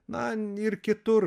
na ir kitur